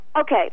Okay